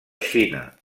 xina